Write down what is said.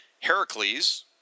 Heracles